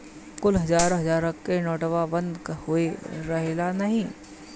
कुल हजार हजार के नोट्वा बंद भए रहल की नाही